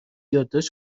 یادداشت